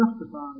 justified